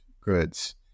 goods